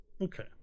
Okay